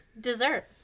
Dessert